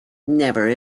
never